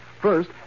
First